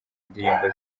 indirimbo